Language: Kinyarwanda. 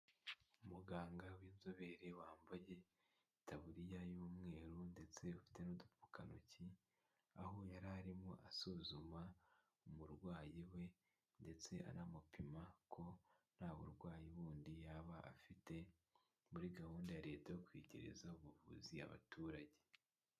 Umuganga w'inzobere wambaye itaburiya y'umweru ndetse afite n'udupfukantoki, aho yari arimo asuzuma umurwayi we ndetse anamupima ko nta burwayi bundi yaba afite muri gahunda ya leta yo kwegereza ubuvuzi abaturage.